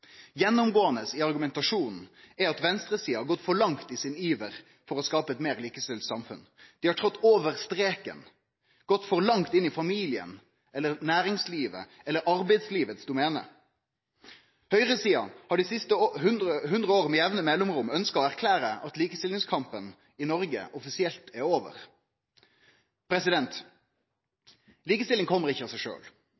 Gjennomgåande i argumentasjonen er det at venstresida har gått for langt i iveren for å skape eit meir likestilt samfunn. Dei har gått over streken, gått for langt inn i familien eller næringslivet eller arbeidslivet sitt domene. Høgresida har med jamne mellomrom dei siste hundre åra ønskt å erklære at likestillingskampen i Noreg er offisielt over.